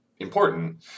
important